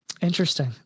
Interesting